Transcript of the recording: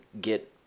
get